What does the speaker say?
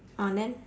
orh then